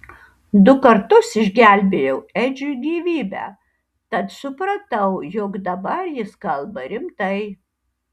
du kartus išgelbėjau edžiui gyvybę tad supratau jog dabar jis kalba rimtai